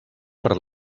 per